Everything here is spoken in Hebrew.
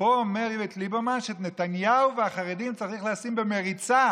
ופה אומר איווט ליברמן שאת נתניהו והחרדים צריך לשים במריצה,